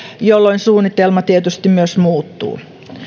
jolloin suunnitelma tietysti myös muuttuu